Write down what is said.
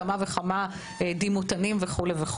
כמה וכמה דימותנים וכולי.